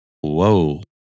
whoa